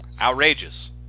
Outrageous